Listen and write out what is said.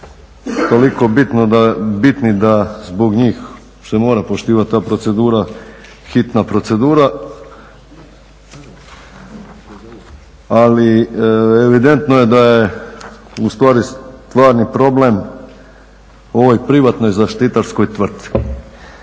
oni toliko bitni da zbog njih se mora poštivati ta procedura hitna procedura, ali evidentno je da je stvarni problem u ovoj privatnoj zaštitarskoj tvrci.